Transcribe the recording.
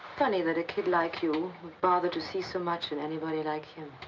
funny that a kid like you would bother to see so much in anybody like him.